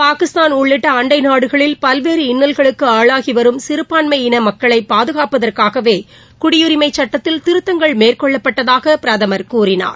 பாகிஸ்தான் உள்ளிட்ட அண்டை நாடுகளில் பல்வேறு இன்னல்களுக்கு ஆளாகி வரும் சிறுபான்மை இன மக்களை பாதுணப்பதற்காகவே குடியுரிமைச் சுட்டத்தில் திருத்தங்கள் மேற்கொள்ளப்பட்டதாக பிரதமா் கூறினார்